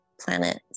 planets